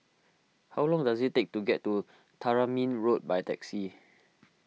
how long does it take to get to Tamarind Road by taxi